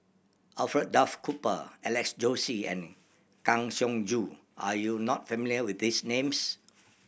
Alfred Duff Cooper Alex Josey and Kang Siong Joo are you not familiar with these names